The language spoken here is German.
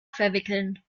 verwickeln